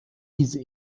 diese